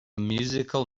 musical